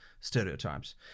stereotypes